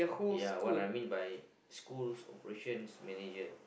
ya what I mean by school's operations manager